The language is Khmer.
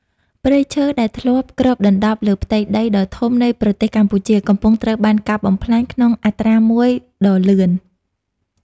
ព្រៃឈើ ដែលធ្លាប់គ្របដណ្ដប់លើផ្ទៃដីដ៏ធំនៃប្រទេសកម្ពុជា កំពុងត្រូវបានកាប់បំផ្លាញក្នុងអត្រាមួយដ៏លឿន។